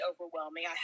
overwhelming